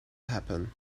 happen